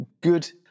good